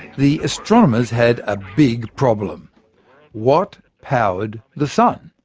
the astronomers had a big problem what powered the sun?